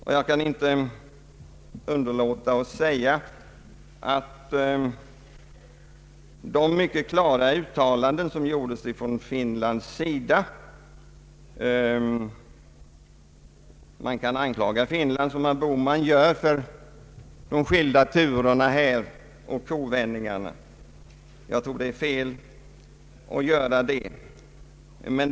Man kan naturligtvis som herr Bohman anklaga Finland för de skilda turerna och kovändningarna, men jag tror det är orättvist att göra så.